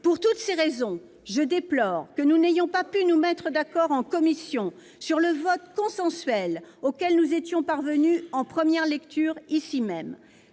Pour toutes ces raisons, je déplore que nous n'ayons pas pu nous mettre d'accord en commission sur le vote consensuel auquel nous étions parvenus en première lecture.